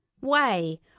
Way